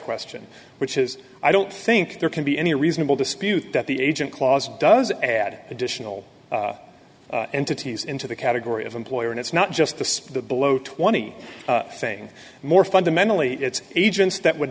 question which is i don't think there can be any reasonable dispute that the agent clause does add additional entities into the category of employer and it's not just the the below twenty saying more fundamentally it's agents that would